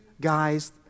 guys